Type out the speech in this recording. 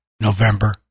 November